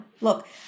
look